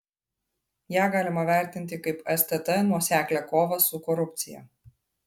ją galima vertinti kaip stt nuoseklią kovą su korupcija